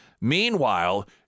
Meanwhile